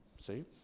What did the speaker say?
See